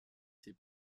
ses